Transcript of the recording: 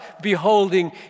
beholding